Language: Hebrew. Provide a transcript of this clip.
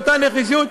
באותה נחישות,